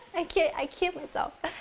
i kill i kill myself.